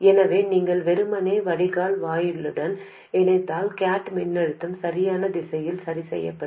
எனவே நீங்கள் வெறுமனே வடிகால் வாயிலுடன் இணைத்தால் கேட் மின்னழுத்தம் சரியான திசையில் சரிசெய்யப்படும்